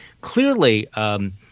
clearly